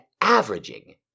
averaging